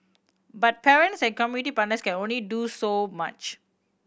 but parents and community partners can only do so much